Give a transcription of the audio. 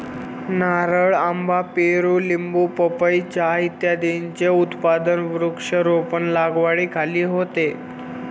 नारळ, आंबा, पेरू, लिंबू, पपई, चहा इत्यादींचे उत्पादन वृक्षारोपण लागवडीखाली होते